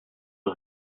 was